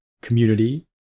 community